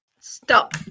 Stop